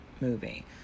movie